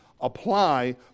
apply